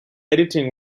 editing